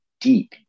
deep